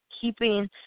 keeping